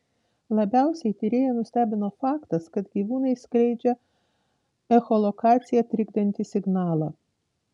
labiausiai tyrėją nustebino faktas kad gyvūnai skleidžia echolokaciją trikdantį signalą